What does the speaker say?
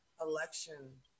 election